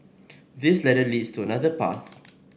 this ladder leads to another path